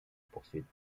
poursuite